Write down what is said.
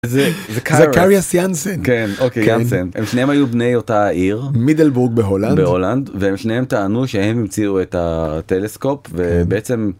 זאכאריאס יאנסן, כן, אוקיי, יאנסן. הם שניהם היו בני אותה העיר, מידלבורג בהולנד, והם שניהם טענו שהם המציאו את הטלסקופ, ובעצם